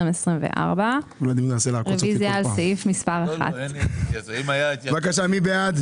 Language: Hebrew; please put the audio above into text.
2024. רוויזיה על סעיף מספר 1. בבקשה מי בעד?